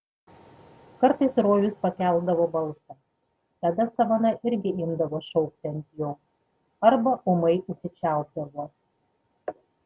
kartais rojus pakeldavo balsą tada savana irgi imdavo šaukti ant jo arba ūmai užsičiaupdavo